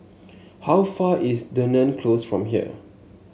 how far is Dunearn Close from here